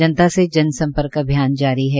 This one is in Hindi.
जनता से जनसंपर्क अभियान जारी है